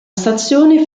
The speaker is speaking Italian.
stazione